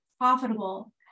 profitable